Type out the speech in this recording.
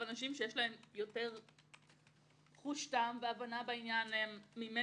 ואנשים שיש להם יותר חוש טעם והבנה בעניין ממני,